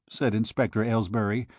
said inspector aylesbury,